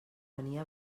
venia